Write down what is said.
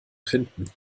finden